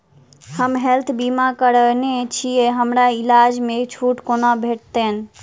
हम हेल्थ बीमा करौने छीयै हमरा इलाज मे छुट कोना भेटतैक?